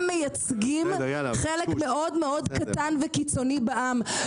מייצגים חלק מאוד מאוד קטן וקיצוני בעם.